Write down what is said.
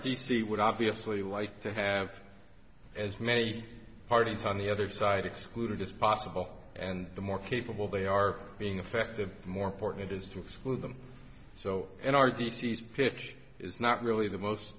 c would obviously like to have as many parties on the other side excluded as possible and the more capable they are being affect the more important it is to exclude them so in our vitis pitch is not really the most